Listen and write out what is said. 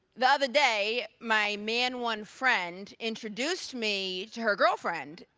the other day, my man one friend introduced me to her girlfriend,